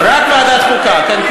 רק ועדת חוקה, כן?